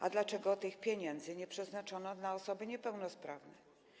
A dlaczego tych pieniędzy nie przeznaczono na osoby niepełnosprawne?